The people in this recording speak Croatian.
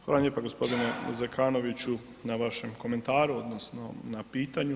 Hvala vam lijepa gospodine Zekanoviću na vašem komentaru odnosno na pitanju.